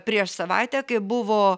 prieš savaitę kai buvo